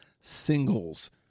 singles